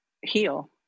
heal